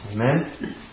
Amen